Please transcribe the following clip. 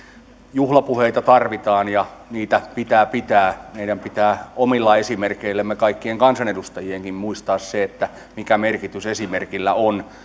juhlapuheita tarvitaan ja niitä pitää pitää meidän pitää omilla esimerkeillämme kaikkien kansanedustajienkin muistaa se mikä merkitys esimerkillä on